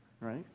Right